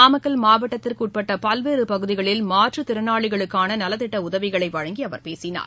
நாமக்கல் மாவட்டத்திற்கு உட்பட்ட பல்வேறு பகுதிகளில் மாற்றுத்திறனாளிகளுக்கான நலத்திட்ட உதவிகளை வழங்கி அவர் பேசினார்